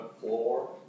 floor